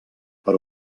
per